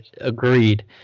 agreed